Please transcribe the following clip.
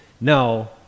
no